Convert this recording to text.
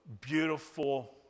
beautiful